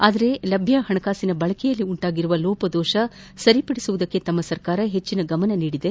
ಆದರೆ ಲಭ್ಯ ಹಣಕಾಸಿನ ಬಳಕೆಯಲ್ಲಿ ಉಂಟಾಗಿರುವ ಲೋಪದೋಷ ಸರಿಪಡಿಸುವುದರತ್ತ ತಮ್ಮ ಸರ್ಕಾರ ಹೆಚ್ಚಿನ ಗಮನ ನೀಡಿದೆ